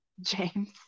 james